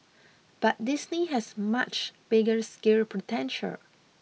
but Disney has much bigger scale potential